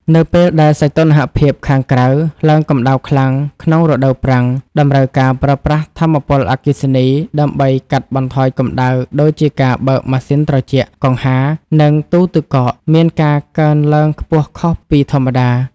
នៅពេលដែលសីតុណ្ហភាពខាងក្រៅឡើងកម្ដៅខ្លាំងក្នុងរដូវប្រាំង តម្រូវការប្រើប្រាស់ថាមពលអគ្គិសនីដើម្បីកាត់បន្ថយកម្ដៅ ដូចជាការបើកម៉ាស៊ីនត្រជាក់ កង្ហារ និងទូទឹកកក មានការកើនឡើងខ្ពស់ខុសពីធម្មតា។